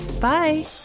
Bye